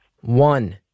One